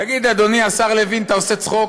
תגיד, אדוני השר לוין, אתה עושה צחוק?